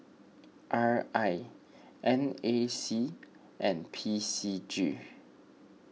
R I N A C and P C G